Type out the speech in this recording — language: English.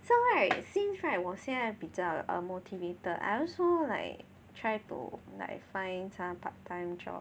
so right seems right 我现在比较 um motivated I also like try to like find some part time job